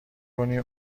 کنی